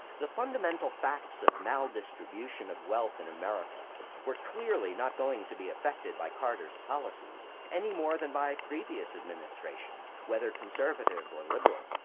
the fundamental facts of maldistribution of wealth in america were clearly not going to be affected by carter's policies, any more than by previous administrations, whether conservative or liberal.